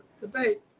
debate